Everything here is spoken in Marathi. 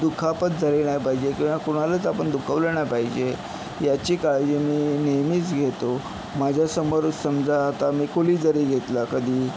दुखापत झाली नाही पाहिजे किंवा कुणालाच आपण दुखावलं नाही पाहिजे ह्याची काळजी मी नेहमीच घेतो माझ्या समोरच समजा आता मी कुली जरी घेतला कधी